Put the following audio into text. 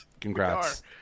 congrats